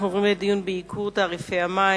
אנחנו עובדים לדיון בייקור המים.